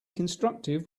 constructive